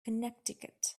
connecticut